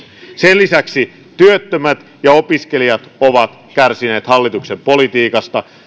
sen lisäksi työttömät ja opiskelijat ovat kärsineet hallituksen politiikasta